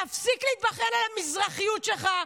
תפסיק להתבכיין על המזרחיות שלך.